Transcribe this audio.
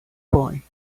boy